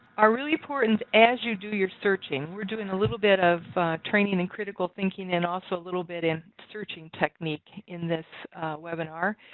are really important as you do your searching. we're doing a little bit of training in critical thinking and also a little bit in searching technique in this webinar,